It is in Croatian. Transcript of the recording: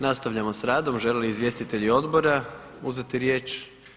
Nastavljamo s radom, žele li izvjestitelji odbora uzeti riječ?